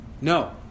No